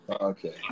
Okay